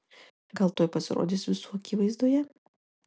gal tuoj pasirodys visų akivaizdoje